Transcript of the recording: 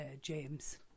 James